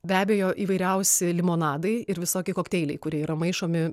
be abejo įvairiausi limonadai ir visokie kokteiliai kurie yra maišomi